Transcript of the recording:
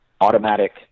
automatic